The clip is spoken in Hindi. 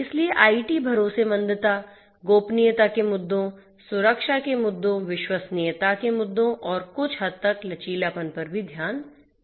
इसलिए आईटी भरोसेमंदता गोपनीयता के मुद्दों सुरक्षा के मुद्दों विश्वसनीयता के मुद्दों और कुछ हद तक लचीलापन पर ध्यान देगी